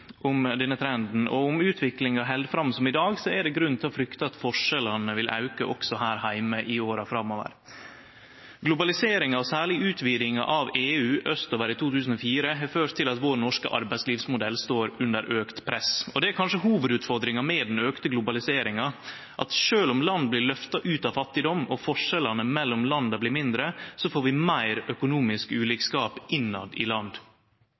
om utviklinga held fram som i dag, er det grunn til å frykte at forskjellane vil auke også her heime i åra framover. Globaliseringa, og særleg utvidinga av EU austover i 2004, har ført til at vår norske arbeidslivsmodell står under auka press. Det er kanskje hovudutfordringa med den auka globaliseringa, at sjølv om land blir løfta ut av fattigdom og forskjellane mellom landa blir mindre, så får vi meir økonomisk ulikskap innetter i land.